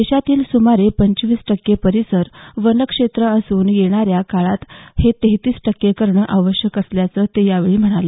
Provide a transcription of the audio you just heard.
देशातील सुमारे पंचवीस टक्के परिसर वन क्षेत्र असून येणाऱ्या काळात हे तेहतीस टक्के करणं आवश्यक असल्याचं ते यावेळी म्हणाले